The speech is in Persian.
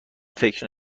فکر